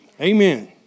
Amen